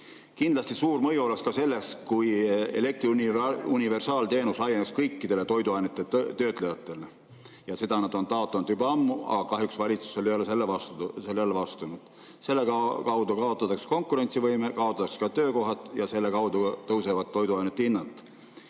Kindlasti suur mõju oleks ka sellel, kui elektri universaalteenus laieneks kõikidele toiduainete töötlejatele. Seda nad on taotlenud juba ammu, aga kahjuks valitsus ei ole sellele vastu tulnud. Selle tõttu kaotatakse konkurentsivõime, kaotatakse ka töökohad ja selle tõttu tõusevad toiduainete hinnad.